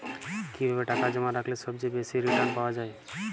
কিভাবে টাকা জমা রাখলে সবচেয়ে বেশি রির্টান পাওয়া য়ায়?